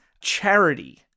charity